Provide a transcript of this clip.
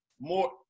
more